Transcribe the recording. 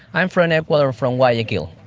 i am from ecuador, from guayaquil.